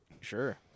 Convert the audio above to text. sure